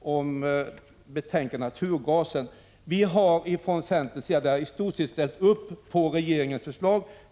om betänkandet nr 18 angående naturgasen. Vi har från centerns sida i detta ärende i stort sett ställt upp på regeringens förslag.